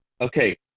okay